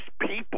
people